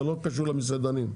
זה לא קשור למסעדנים,